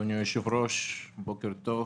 אדוני היושב-ראש, בוקר טוב.